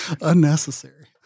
unnecessary